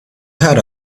heard